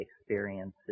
experiences